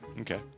Okay